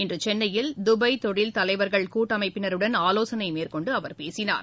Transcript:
இன்று சென்னையில் தபாய் தொழில் தலைவர்கள் கூட்டமைப்பினருடன் ஆலோசனை மேற்கொன்டு அவர் பேசினார்